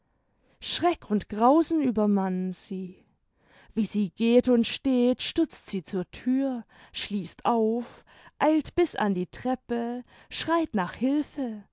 schreck und grausen übermannen sie wie sie geht und steht stürzt sie zur thür schließt auf eilt bis an die treppe schreit nach hilfe